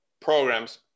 programs